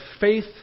faith